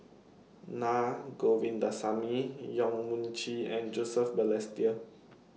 Na Govindasamy Yong Mun Chee and Joseph Balestier